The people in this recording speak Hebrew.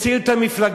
הציל את המפלגה,